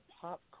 pop